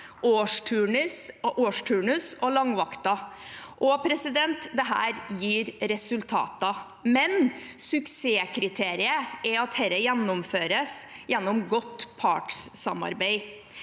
årsturnus og langvakter. Dette gir resultater, men suksesskriteriet er at det gjennomføres gjennom godt partssamarbeid.